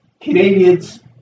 Canadians